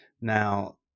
Now